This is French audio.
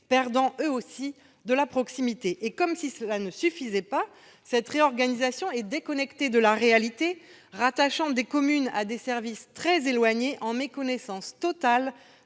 perdant eux aussi de la proximité. Comme si cela ne suffisait pas, cette réorganisation est déconnectée de la réalité, rattachant des communes à des services très éloignés, en méconnaissance totale